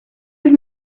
give